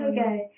Okay